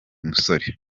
musore